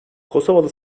kosovalı